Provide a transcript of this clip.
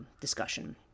discussion